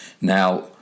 Now